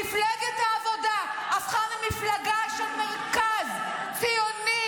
מפלגת העבודה הפכה ממפלגה של מרכז ציוני